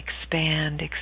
expand